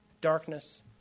darkness